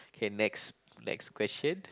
okay next next question